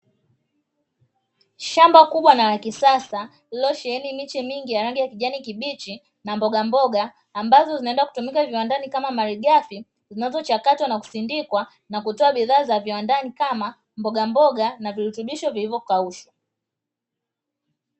Shamba kubwa la na kisasa liliosheheni miche mingi ya rangi ya kijani kibichi na mbogamboga ambazo vinaenda kutumika kama marigafi ,zinazochatwa na kusindikwa na kutoa bidhaa za viwandani kama mbogamboga na virutubisho vilivyokaushwa.